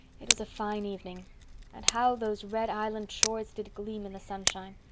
it was a fine evening and how those red island shores did gleam in the sunshine.